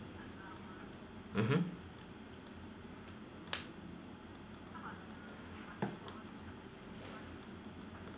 mmhmm